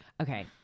okay